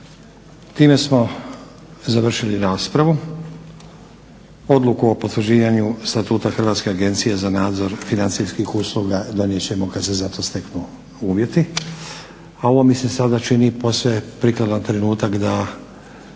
Time smo završili raspravu. Odluku o potvrđivanju Statuta Hrvatske agencije za nadzor financijskih usluga donijet ćemo kada se za to steknu uvjeti. A ovo mi se sada čini posve prikladan trenutak da